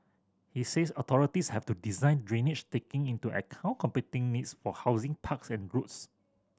he says authorities have to design drainage taking into account competing needs for housing parks and roads